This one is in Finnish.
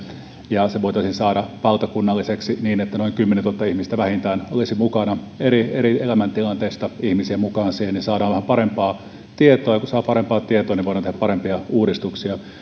ja se voitaisiin saada valtakunnalliseksi niin että vähintään noin kymmenentuhatta ihmistä olisi mukana eri eri elämäntilanteista ihmisiä mukaan siihen niin saadaan vähän parempaa tietoa ja kun saadaan parempaa tietoa voidaan tehdä parempia uudistuksia